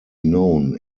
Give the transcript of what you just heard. known